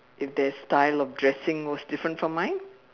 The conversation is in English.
if their style of dressing was different from mine